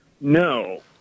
No